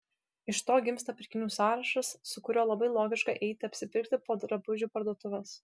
iš to gimsta pirkinių sąrašas su kuriuo labai logiška eiti apsipirkti po drabužių parduotuves